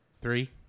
three